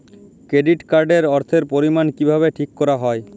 Credit card এর অর্থের পরিমান কিভাবে ঠিক করা হয়?